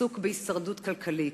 עסוק בהישרדות כלכלית.